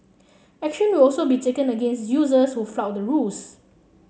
action will also be taken against users who flout the rules